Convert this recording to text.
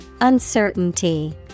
Uncertainty